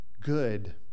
good